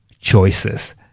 choices